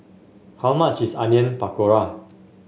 how much is Onion Pakora